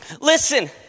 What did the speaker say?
Listen